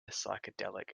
psychedelic